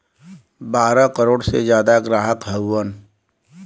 बारह करोड़ से जादा ग्राहक हउवन